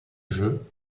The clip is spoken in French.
jeu